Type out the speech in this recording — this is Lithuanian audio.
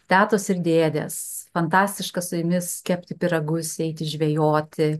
tetos ir dėdės fantastiška su jumis kepti pyragus eiti žvejoti